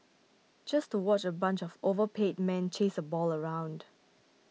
just to watch a bunch of overpaid men chase a ball around